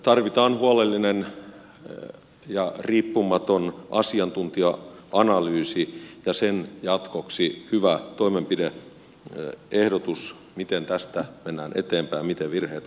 tarvitaan huolellinen ja riippumaton asiantuntija analyysi ja sen jatkoksi hyvä toimenpide ehdotus miten tästä mennään eteenpäin miten virheet korjataan